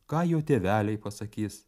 ką jo tėveliai pasakys